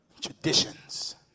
traditions